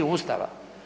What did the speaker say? Ustava.